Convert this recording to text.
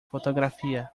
fotografía